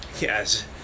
Yes